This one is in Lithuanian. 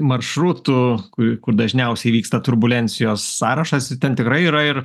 maršrutų ku kur dažniausiai vyksta turbulencijos sąrašas ir ten tikrai yra ir